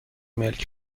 ملک